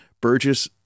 Burgess